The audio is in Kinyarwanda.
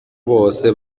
bose